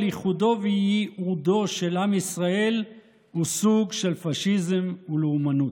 ייחודו וייעודו של עם ישראל הוא סוג של פשיזם ולאומנות.